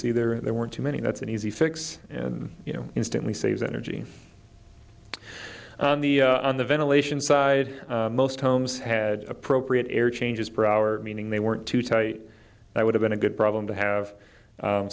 see there there weren't too many that's an easy fix and you know instantly saves energy on the on the ventilation side most homes had appropriate air changes per hour meaning they weren't too tight i would have been a good problem to have